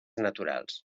naturals